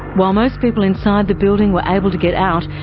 while most people inside the building were able to get out,